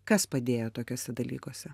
kas padėjo tokiuose dalykuose